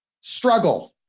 Struggle